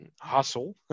hustle